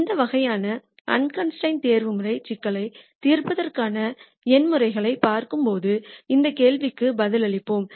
இந்த வகையான அண்கன்ஸ்டிரெயின்டு தேர்வுமுறை சிக்கல்களைத் தீர்ப்பதற்கான எண் முறைகளைப் பார்க்கும்போது இந்தக் கேள்விகளுக்கு பதிலளிப்போம்